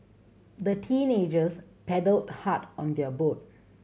the teenagers paddled hard on their boat